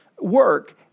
work